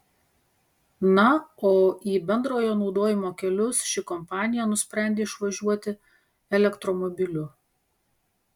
na o į bendrojo naudojimo kelius ši kompanija nusprendė išvažiuoti elektromobiliu